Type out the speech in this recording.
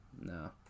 No